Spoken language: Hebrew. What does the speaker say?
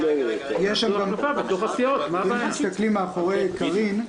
--- אם מסתכלים מה קורה מאחורי קארין,